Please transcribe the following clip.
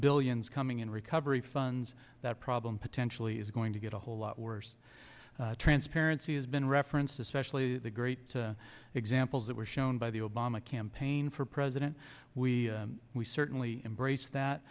billions coming in recovery funds that problem potentially is going to get a whole lot worse transparencies been referenced especially the great examples that were shown by the obama campaign for president we we certainly embrace that